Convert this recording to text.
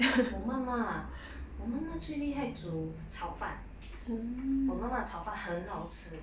我妈妈啊我们妈妈最厉害煮炒饭我妈妈的炒饭很好吃